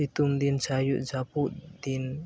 ᱥᱤᱛᱩᱝ ᱫᱤᱱ ᱪᱟᱦᱮ ᱡᱟᱹᱯᱩᱫ ᱫᱤᱱ